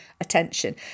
attention